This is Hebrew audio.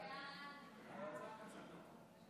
ההצעה להעביר את